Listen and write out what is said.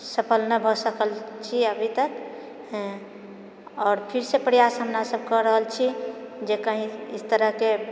सफल नहि भए सकल छी अभी तक हँ आओर फिर से प्रयास हमरा सभकेँ रहल छी जे कही इस तरहकेँ